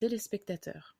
téléspectateurs